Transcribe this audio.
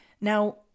Now